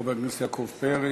חבר הכנסת יעקב פרי.